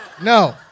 No